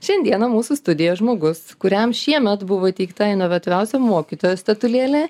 šiandieną mūsų studijoj žmogus kuriam šiemet buvo įteikta inovatyviausio mokytojo statulėlė